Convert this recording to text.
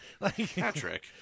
Patrick